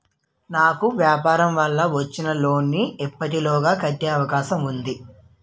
నాకు వ్యాపార వల్ల వచ్చిన లోన్ నీ ఎప్పటిలోగా కట్టే అవకాశం ఉంది?